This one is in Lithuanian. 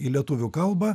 į lietuvių kalbą